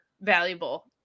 valuable